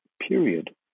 period